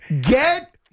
Get